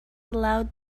allowed